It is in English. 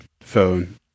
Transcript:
phone